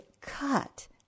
cut